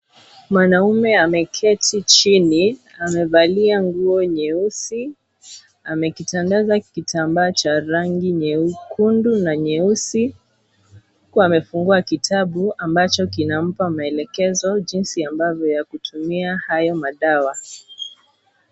Mwanaume ameketi chini, amevalia nguo nyeusi, amekitandaza kitambaa cha rangi nyekundu na nyeusi huku amefungua kitabu ambacho kinampa maelekezo jinsi ambavyo ya kutumia hayo madawa.